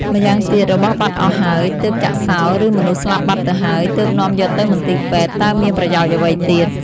ម្យ៉ាងទៀត របស់បាត់អស់ហើយ ទើបចាក់សោរ ឬមនុស្សស្លាប់បាត់ទៅហើយ ទើបនាំយកទៅមន្ទីរពេទ្យ តើមានប្រយោជន៍អ្វីទៀត ។